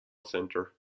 center